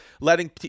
letting